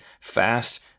fast